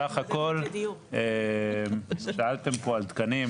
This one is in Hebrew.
סך הכל שאלתם פה על תקנים,